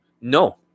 No